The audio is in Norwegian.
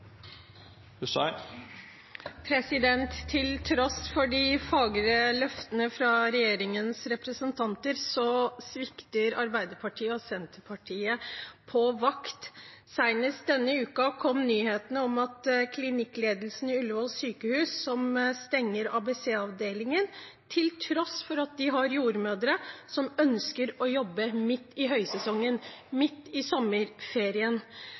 de fagre løftene fra regjeringens representanter svikter Arbeiderpartiet og Senterpartiet på vakt. Senest denne uken kom nyheten om at klinikkledelsen på Ullevål sykehus stenger ABC-avdelingen, til tross for at de har jordmødre som ønsker å jobbe midt i høysesongen, midt i sommerferien.